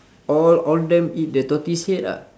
all all of them eat the tortoise head ah